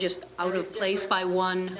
just out of place by one